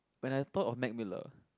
when I thought of Mac Miller